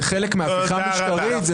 זה חלק מהפיכה משטרית,